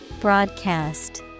Broadcast